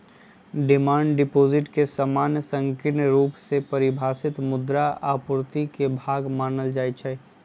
demand deposit के सामान्य संकीर्ण रुप से परिभाषित मुद्रा आपूर्ति के भाग मानल जाइ छै